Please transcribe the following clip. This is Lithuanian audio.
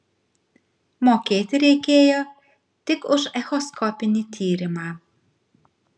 mokėti reikėjo tik už echoskopinį tyrimą